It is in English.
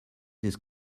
this